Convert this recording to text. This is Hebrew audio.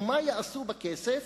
ומה יעשו בכסף?